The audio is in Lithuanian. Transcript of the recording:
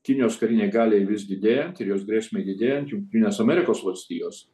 kinijos karinei galiai vis didėjant ir jos grėsmei didėjant jungtinės amerikos valstijos